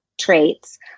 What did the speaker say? traits